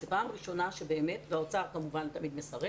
זו פעם ראשונה האוצר כמובן תמיד מסרב